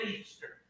Easter